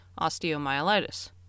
osteomyelitis